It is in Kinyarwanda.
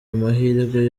amahirwe